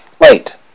Wait